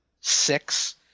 six